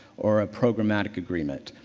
or a programmatic agreement.